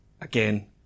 again